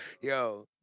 Yo